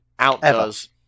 outdoes